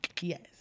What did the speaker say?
Yes